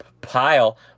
pile